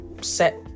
set